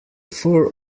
fur